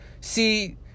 See